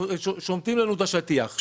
שומטים לנו את השטיח.